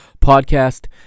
podcast